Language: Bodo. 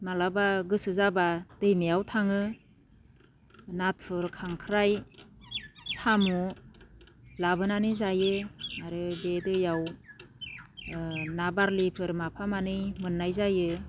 माब्लाबा गोसो जाबा दैमायाव थाङो नाथुर खांख्राइ साम' लाबोनानै जायो आरो बे दैयाव ना बारलिफोर माफा मानै मोननाय जायो